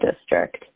district